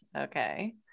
Okay